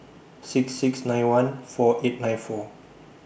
six six nine one four eight nine four